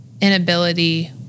inability